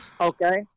Okay